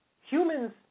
humans